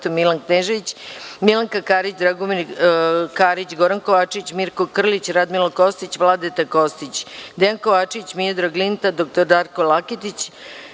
Milan Knežević, Milanka Karić, Dragomir Karić, Goran Kovačević, Mirko Krlić, Radmilo Kostić, Vladeta Kostić, Dejan Kovačević, Miodrag Linta, dr Darko Laketić,